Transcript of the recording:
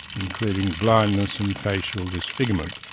including blindness and facial disfigurement.